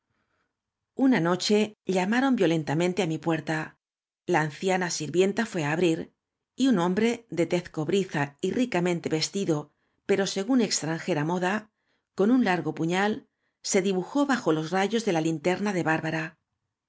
una nocue llama roo violentamente á mi puerta la aociaua sirvienta íué á abrir y un hombre de tez cobriza y ricamente vestido pero según extranjera moda con ua largo puñal se dibujó bajo los rayos de la linterna de bárbara